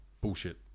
bullshit